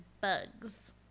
Bugs